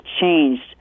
changed